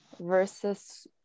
versus